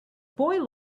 boy